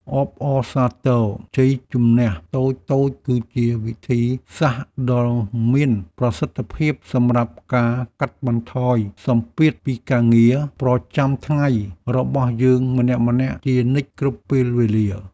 អបអរសាទរជ័យជម្នះតូចៗគឺជាវិធីសាស្ត្រដ៏មានប្រសិទ្ធភាពសម្រាប់ការកាត់បន្ថយសម្ពាធពីការងារប្រចាំថ្ងៃរបស់យើងម្នាក់ៗជានិច្ចគ្រប់ពេលវេលា។